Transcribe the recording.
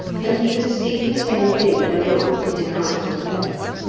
and he could see the same thing going on to his right and left.